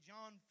John